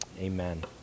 amen